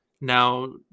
Now